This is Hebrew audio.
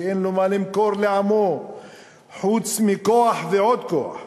שאין לו מה למכור לעמו חוץ מכוח ועוד כוח,